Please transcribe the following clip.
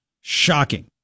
Shocking